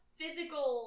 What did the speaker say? physical